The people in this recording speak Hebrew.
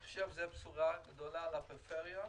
אני חושב שזה בשורה גדולה לפריפריה.